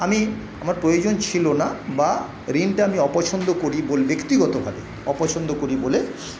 আমি আমার প্রয়োজন ছিল না বা ঋণটা আমি অপছন্দ করি ব্যাক্তিগতভাবে অপছন্দ করি বলে